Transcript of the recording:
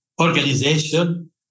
organization